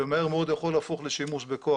זה מהר מאוד יכול להפוך לשימוש בכוח.